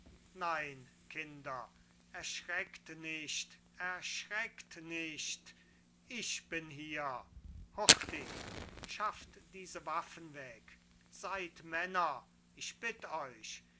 nein kinder erschreckt nicht erschreckt nicht ich bin hier hurtig schafft diese waffen weg seid männer ich bitt euch